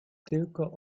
tylko